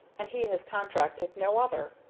and he has contracted no other.